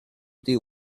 deal